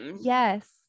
yes